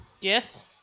Yes